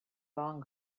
long